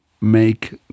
make